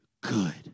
good